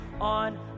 on